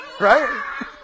right